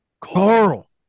Carl